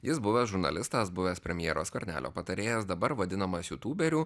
jis buvęs žurnalistas buvęs premjero skvernelio patarėjas dabar vadinamas jutuberiu